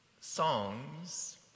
songs